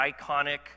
iconic